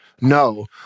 No